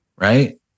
Right